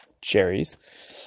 cherries